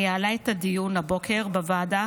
שניהלה את הדיון הבוקר בוועדה